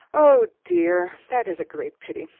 oh, dear, that is a great pity!